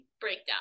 breakdown